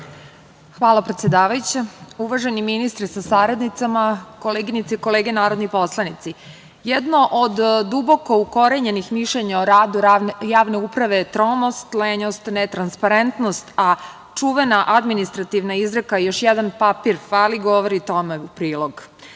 Hvala, predsedavajuća. Uvaženi ministre sa saradnicama, koleginice i kolege narodni poslanici, jedno od duboko ukorenjenih mišljenja o radu javne uprave je tromost, lenjost, netransparentnost, a čuvena administrativna izreka „još jedan papir fali“ govori tome u prilog. Građani